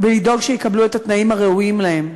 ולדאוג שיקבלו את התנאים הראויים להם.